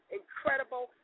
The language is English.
incredible